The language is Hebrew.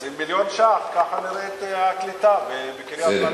אז עם מיליון שקלים ככה נראית הקליטה בקריית-מלאכי.